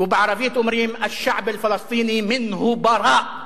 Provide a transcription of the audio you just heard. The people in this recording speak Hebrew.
ובערבית אומרים: אל-שַעְבּ אל-פַלַסְטִינִי מִנְה בַּרַאא.